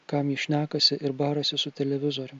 kam jis šnekasi ir barasi su televizorium